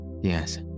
Yes